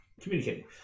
communicating